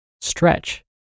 Stretch